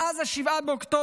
מאז 7 באוקטובר